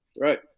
right